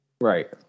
Right